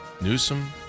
Newsom